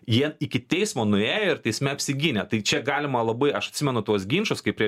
jie iki teismo nuėjo ir teisme apsigynė tai čia galima labai aš atsimenu tuos ginčus kai prie